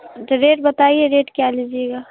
تو ریٹ بتائیے ریٹ کیا لیجیے گا